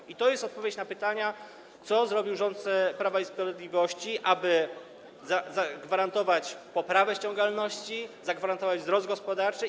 I to jest odpowiedź na pytania, co zrobił rząd Prawa i Sprawiedliwości, aby zagwarantować poprawę ściągalności, zagwarantować wzrost gospodarczy.